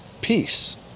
Peace